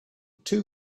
too